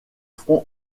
front